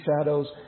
shadows